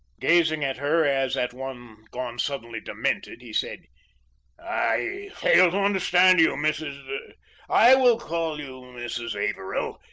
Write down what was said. gazing at her as at one gone suddenly demented, he said i fail to understand you, mrs i will call you mrs. averill.